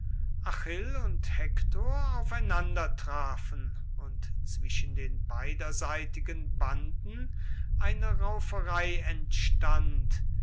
achill und hektor aufeinandertrafen und zwischen den beiderseitigen banden eine rauferei entstand